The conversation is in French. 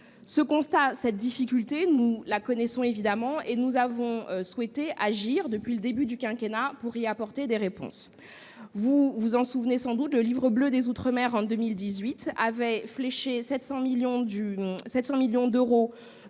du pays. Cette difficulté, nous la connaissons évidemment et nous avons souhaité agir depuis le début du quinquennat pour y apporter des réponses. Vous vous en souvenez sans doute, le Livre bleu des outre-mer, en 2018, avait fléché 700 millions d'euros